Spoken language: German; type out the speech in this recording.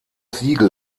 siegel